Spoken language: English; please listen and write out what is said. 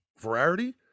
Variety